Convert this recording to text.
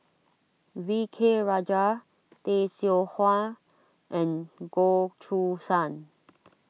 V K Rajah Tay Seow Huah and Goh Choo San